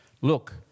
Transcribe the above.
Look